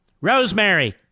Rosemary